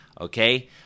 okay